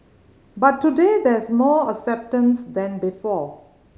but today there's more acceptance than before